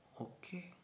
Okay